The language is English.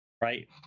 right